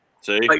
See